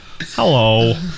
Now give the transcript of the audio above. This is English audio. Hello